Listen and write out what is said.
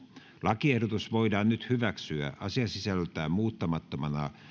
lakiehdotus voidaan nyt hyväksyä asiasisällöltään muuttamattomana